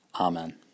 Amen